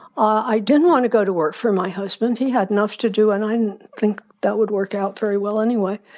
i didn't want to go to work for my husband. he had enough to do. and i didn't think that would work out very well anyway.